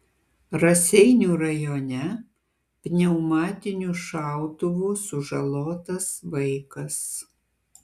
raseinių rajone pneumatiniu šautuvu sužalotas vaikas